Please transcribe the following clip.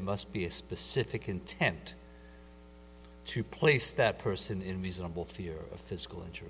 must be a specific intent to place that person in reasonable fear of physical injury